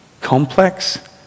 complex